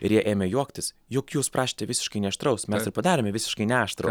ir jie ėmė juoktis juk jūs prašėte visiškai neaštraus mes ir padarėme visiškai neaštrų